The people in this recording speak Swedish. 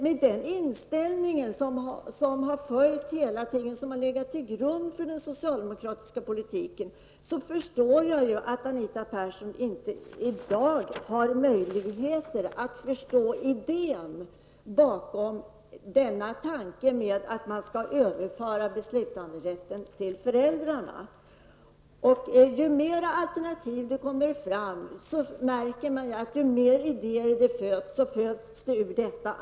Med den inställningen, som hela tiden legat till grund för den socialdemokratiska politiken, förstår jag att Anita Persson i dag inte har möjligheter att förstå idén bakom förslaget att man skall överföra beslutanderätten till föräldrarna. Allt eftersom fler alternativ kommer fram föds nya idéer ur detta.